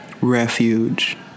refuge